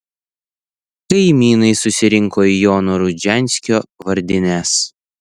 kaimynai susirinko į jono rudžianskio vardines